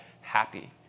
happy